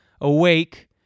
awake